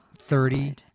thirty